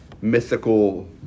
mythical